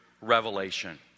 revelation